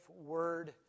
word